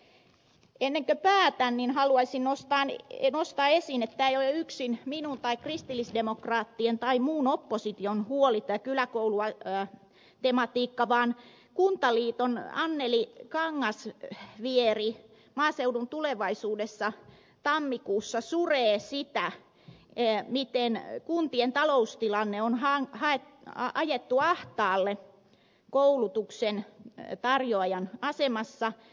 ennen kuin päätän niin haluaisin nostaa esiin että tämä ei ole yksin minun huoleni tai kristillisdemokraattien tai muun opposition huoli tämä kyläkoulutematiikka vaan kuntaliiton anneli kangasvieri maaseudun tulevaisuudessa tammikuussa suree sitä miten kuntien taloustilanne on ajettu ahtaalle koulutuksen tarjoajan asemassa